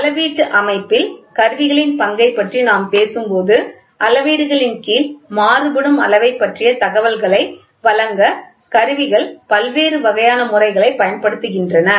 அளவீட்டு அமைப்பில் கருவிகளின் பங்கைப் பற்றி நாம் பேசும்போது அளவீடுகளின் கீழ் மாறுபடும் அளவைப் பற்றிய தகவல்களை வழங்க கருவிகள் பல்வேறு வகையான முறைகளைப் பயன்படுத்துகின்றன